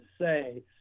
say